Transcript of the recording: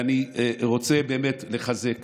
אני רוצה באמת לחזק